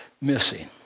missing